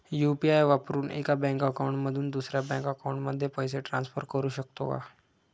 UPI वापरून एका bank account मधून दुसऱ्या बँक अकाउंटमध्ये पैसे ट्रान्सफर करू शकतो का?